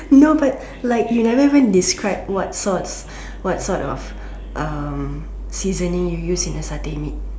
no but like you never even describe what sorts what sort of um seasoning you use in a satay meat